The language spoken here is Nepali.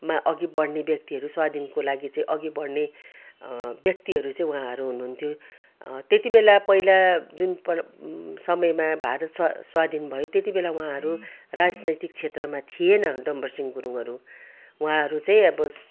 मा अघि बढ्ने व्यक्तिहरू स्वाधिनको लागि चाहिँ अघि बढ्ने व्यक्तिहरू चाहिँ उहाँहरू हुनुहुन्थ्यो त्यति वेला पहिला जुन पर समयमा भारत स्वा स्वाधीन भयो त्यति बेला उहाँहरू राजनैतिक क्षेत्रमा थिएन डम्बरसिहँ गुरुङहरू उहाँहरू चाहिँ अब